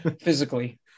Physically